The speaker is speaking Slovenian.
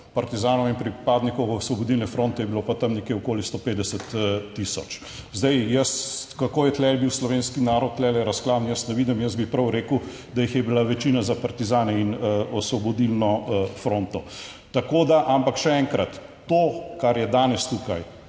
partizanov in pripadnikov Osvobodilne fronte je bilo pa tam nekje okoli 150000. Zdaj, jaz, kako je tu bil slovenski narod tukaj razklan, jaz ne vidim, jaz bi prav rekel, da jih je bila večina za partizane in osvobodilno fronto. Tako da, ampak še enkrat, to, kar je danes tukaj,